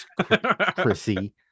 Chrissy